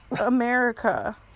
America